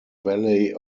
valley